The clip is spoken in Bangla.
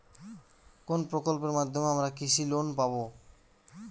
কোন প্রকল্পের মাধ্যমে আমরা কৃষি লোন পাবো?